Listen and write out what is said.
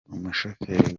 umushoferi